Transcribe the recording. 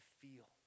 feel